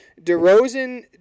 DeRozan